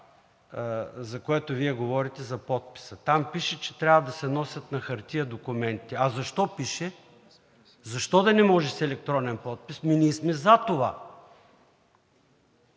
за което Вие говорите – за подписа. Там пише, че трябва да се носят на хартия документите. Защо да не може с електронен подпис? Ами ние сме за това.